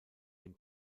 dem